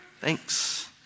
Thanks